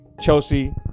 Chelsea